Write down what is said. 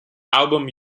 album